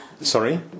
Sorry